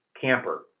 camper